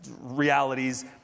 realities